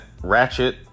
ratchet